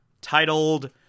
titled